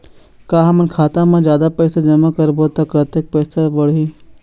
का हमन खाता मा जादा पैसा जमा करबो ता कतेक पैसा बढ़ही?